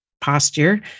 posture